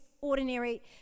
ordinary